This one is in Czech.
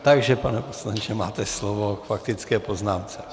Takže pane poslanče, máte slovo k faktické poznámce.